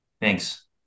thanks